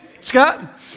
Scott